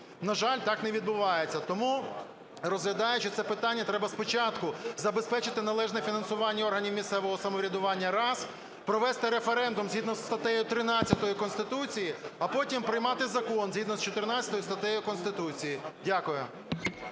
На жаль, так не відбувається. Тому, розглядаючи це питання, треба спочатку забезпечити належне фінансування органів місцевого самоврядування – раз. Провести референдум згідно зі статтею 13 Конституції, а потім приймати закон згідно з 14 статтею Конституції. Дякую.